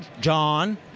John